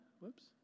whoops